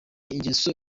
ingeso